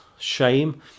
shame